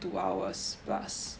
two hours plus